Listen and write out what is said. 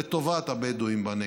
לטובת הבדואים בנגב,